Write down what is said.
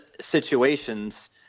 situations